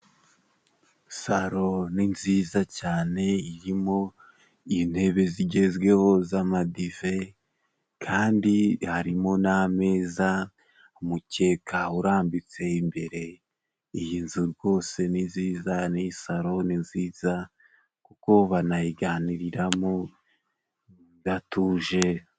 Salo ni nziza cyane irimo intebe zigezweho z'amadive kandi harimo n'ameza, umukeka urambitse imbere, iyi nzu rwose ni nziza , n'iyi salo ni nziza kuko banayiganiriramo batuje.